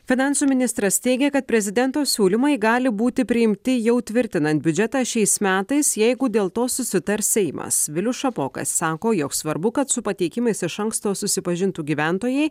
finansų ministras teigia kad prezidento siūlymai gali būti priimti jau tvirtinant biudžetą šiais metais jeigu dėl to susitars seimas vilius šapoka sako jog svarbu kad su pateikimais iš anksto susipažintų gyventojai